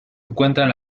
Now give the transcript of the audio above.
encuentran